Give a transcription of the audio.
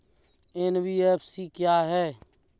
NBFC क्या है?